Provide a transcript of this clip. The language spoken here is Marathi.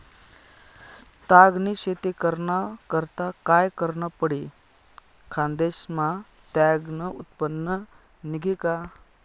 ताग नी शेती कराना करता काय करनं पडी? खान्देश मा ताग नं उत्पन्न निंघी का